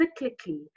cyclically